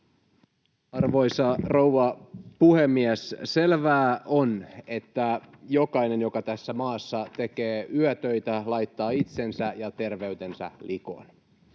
Arvoisa rouva puhemies! Selvää on, että jokainen, joka tässä maassa tekee yötöitä, laittaa itsensä ja terveytensä likoon.